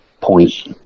point